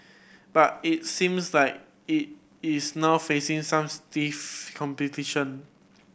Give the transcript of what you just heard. but it seems like it is now facing some stiff competition